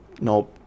No